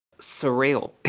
surreal